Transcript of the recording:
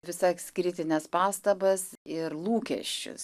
visas kritines pastabas ir lūkesčius